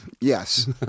yes